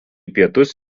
pietus